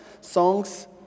songs